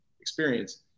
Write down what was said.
experience